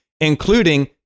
including